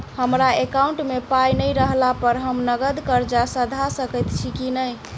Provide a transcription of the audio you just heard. हमरा एकाउंट मे पाई नै रहला पर हम नगद कर्जा सधा सकैत छी नै?